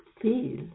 feel